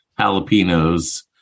jalapenos